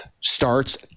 starts